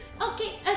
Okay